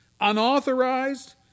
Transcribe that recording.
Unauthorized